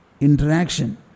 interaction